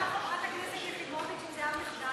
שאלה פה חברת הכנסת יחימוביץ אם זה היה מחדל,